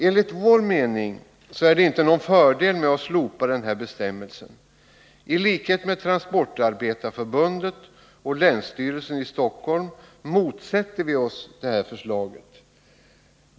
Enligt vår mening är det inte någon fördel med att slopa denna bestämmelse. I likhet med Transportarbetareförbundet och länsstyrelsen i Stockholms län motsätter vi oss detta förslag.